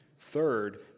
Third